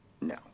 No